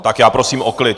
Tak já prosím o klid!